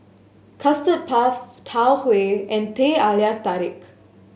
Custard Puff Tau Huay and Teh Halia Tarik